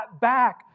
back